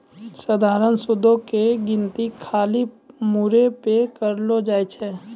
सधारण सूदो के गिनती खाली मूरे पे करलो जाय छै